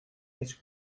ice